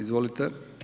Izvolite.